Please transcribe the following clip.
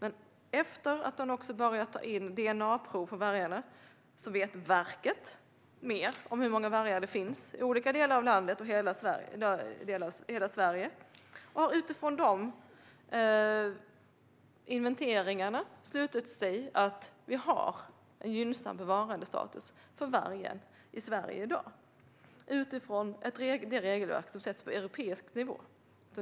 Efter att verket har börjat ta DNA-prov på vargarna vet man mer om hur många vargar det finns i olika delar av landet och i hela Sverige, och utifrån dessa inventeringar har man slutit sig till att vi - med utgångspunkt i det regelverk som sätts på europeisk nivå - i dag har en gynnsam bevarandestatus för vargen i Sverige.